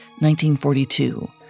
1942